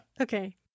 Okay